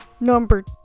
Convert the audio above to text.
number